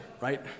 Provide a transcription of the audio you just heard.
right